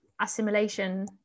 assimilation